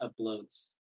uploads